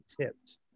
tipped